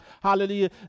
hallelujah